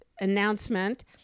announcement